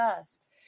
first